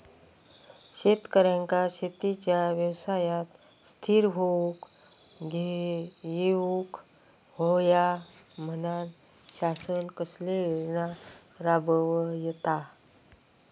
शेतकऱ्यांका शेतीच्या व्यवसायात स्थिर होवुक येऊक होया म्हणान शासन कसले योजना राबयता?